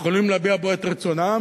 יכולים להביע בו את רצונם,